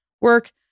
work